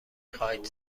خواید